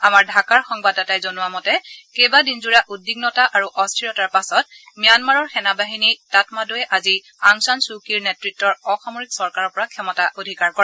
আমাৰ ঢাকাৰ সংবাদদাতাই জনোৱা অনুসৰি কেইবাদিনজোৰা উদ্বিগ্নতা আৰু অস্থিৰতাৰ পাছত ম্যানমাৰৰ সেনাবাহিনী তাতমাদৱে আজি আং ছান ছু ক্যিৰ নেতত্তৰ অসামৰিক চৰকাৰৰ পৰা ক্ষমতা অধিকাৰ কৰে